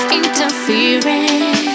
interfering